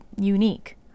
unique